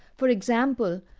for example,